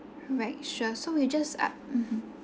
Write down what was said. right sure so we just up~ mmhmm